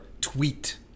tweet